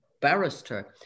barrister